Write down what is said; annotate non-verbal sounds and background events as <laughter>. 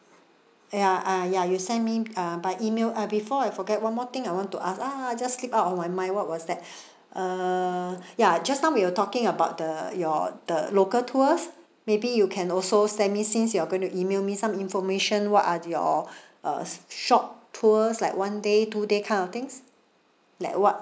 ya uh ya you send me uh by email uh before I forget one more thing I want to ask ah just slip out of my mind what was that <breath> uh ya just now we're talking about the your the local tours maybe you can also send me since you're going to email me some information what are your <breath> uh short tours like one day two day kind of things like what